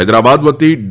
હૈદરાબાદ વતી ડી